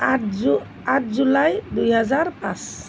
আঠ জু আঠ জুলাই দুহেজাৰ পাঁচ